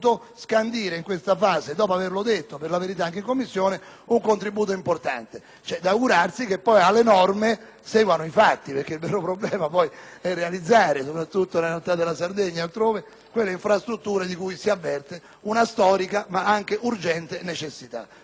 un contributo importante. C'è da augurarsi che ora alle norme seguano i fatti. Il vero problema è infatti realizzare, soprattutto nella realtà della Sardegna e altrove, quelle infrastrutture di cui si avverte una storica, ma anche urgente necessità. Voteremo quindi con convinzione a favore del testo che scaturirà